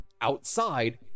outside